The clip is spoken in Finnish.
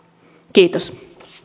kiitos